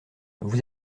vous